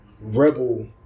rebel